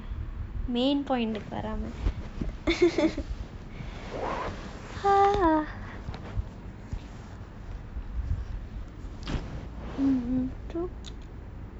main point main thing ya exactly ya